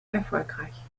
erfolgreich